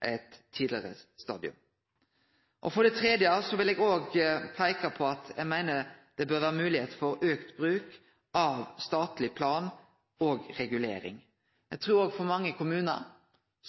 eit tidlegare stadium. For det tredje vil eg peike på at det etter mi meining bør vere moglegheit for auka bruk av statlege planar og reguleringar. Eg trur at for mange kommunar